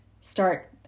start